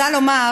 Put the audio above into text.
רוצה לומר